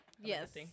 yes